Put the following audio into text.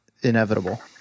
inevitable